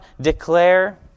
declare